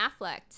Affleck